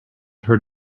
heard